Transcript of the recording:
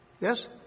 Yes